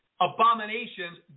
abominations